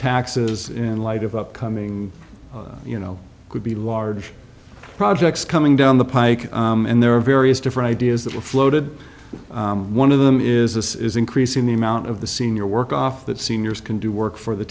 taxes in light of upcoming you know could be large projects coming down the pike and there are various different ideas that were floated one of them is this is increasing the amount of the senior work off that seniors can do work for the